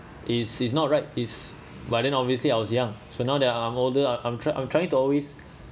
is is not right is but then obviously I was young so now that I'm older I I'm trying I'm trying to always